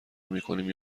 میکنیم